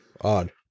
odd